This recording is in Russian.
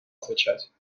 отвечать